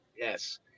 Yes